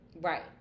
Right